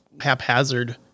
haphazard